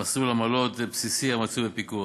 למסלול עמלות בסיסי המצוי בפיקוח.